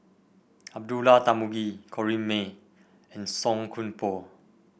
Abdullah Tarmugi Corrinne May and Song Koon Poh